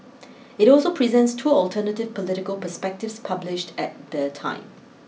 it also presents two alternative political perspectives published at the time